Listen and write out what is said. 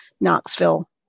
Knoxville